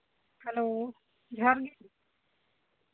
hello ᱡᱚᱸᱦᱟᱨ ᱜᱮ